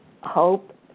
Hope